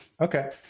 Okay